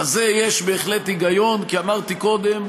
בזה יש בהחלט היגיון, כי אמרתי קודם,